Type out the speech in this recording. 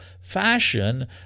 fashion